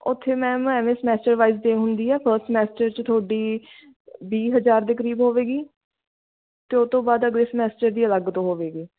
ਉੱਥੇ ਮੈਮ ਇਵੇਂ semester wise ਦੇ ਹੁੰਦੀ ਆ ਫਸਟ ਸਮੈਸਟਰ 'ਚ ਤੁਹਾਡੀ ਵੀਹ ਹਜ਼ਾਰ ਦੇ ਕਰੀਬ ਹੋਵੇਗੀ ਅਤੇ ਉਹ ਤੋਂ ਬਾਅਦ ਅਗਲੇ ਸਮੈਸਟਰ ਦੀ ਅਲੱਗ ਤੋਂ ਹੋਵੇਗੀ